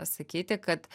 pasakyti kad